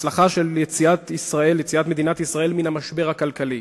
להצלחה של יציאת מדינת ישראל מן המשבר הכלכלי.